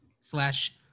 slash